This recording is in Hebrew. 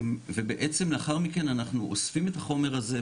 ובעצם לאחר מכן אנחנו אוספים את החומר הזה,